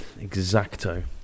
exacto